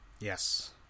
Yes